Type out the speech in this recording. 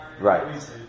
right